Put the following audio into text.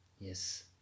yes